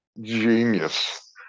genius